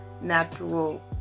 natural